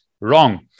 wrong